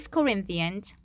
Corinthians